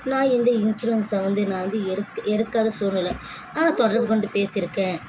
நான் இந்த இன்சூரன்ஸை வந்து நான் வந்து எடுக் எடுக்காத சூல்நெலை ஆனால் தொடர்புக் கொண்டு பேசியிருக்கேன்